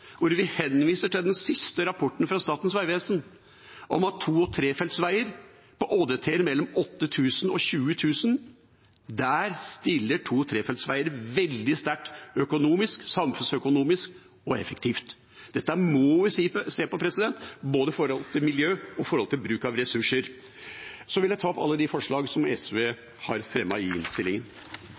hvor vi henviser til den siste rapporten fra Statens vegvesen om at på to- og trefeltsveier med ÅDT-er mellom 8 000 og 20 000 stiller to- og trefeltsveier veldig sterkt økonomisk, samfunnsøkonomisk og effektivt. Dette må vi se på både i forhold til miljø og i forhold til ressurser. Så vil jeg ta opp alle de forslag som SV alene har fremmet i innstillingen.